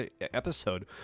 episode